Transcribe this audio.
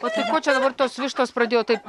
o tai ko čia dabar tos vištos pradėjo taip